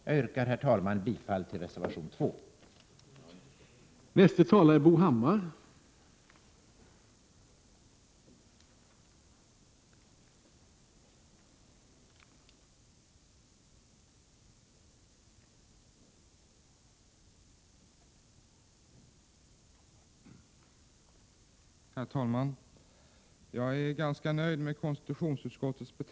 Jag yrkar, herr talman, bifall till reservation 2 och även till reservation 5.